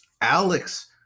Alex